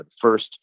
First